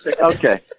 Okay